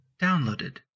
downloaded